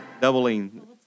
Doubling